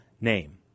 name